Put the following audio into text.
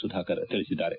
ಸುಧಾಕರ್ ತಿಳಿಸಿದ್ದಾರೆ